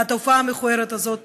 והתופעה המכוערת הזאת,